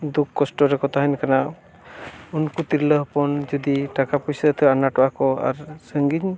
ᱫᱩᱠ ᱠᱚᱥᱴᱚ ᱨᱮ ᱠᱚ ᱛᱟᱦᱮᱱ ᱠᱟᱱᱟ ᱩᱱᱠᱩ ᱛᱤᱨᱞᱟᱹ ᱦᱚᱯᱚᱱ ᱡᱩᱫᱤ ᱴᱟᱠᱟ ᱯᱩᱭᱥᱟᱛᱮ ᱟᱱᱟᱴᱚᱜ ᱟᱠᱚ ᱟᱨ ᱥᱟᱺᱜᱤᱧ